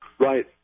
Right